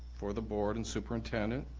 for the board and superintendent,